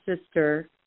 sister